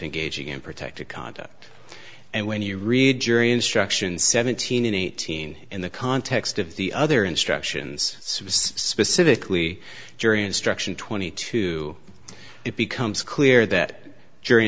engaging in protective conduct and when you read jury instructions seventeen and eighteen in the context of the other instructions specifically jury instruction twenty two it becomes clear that jury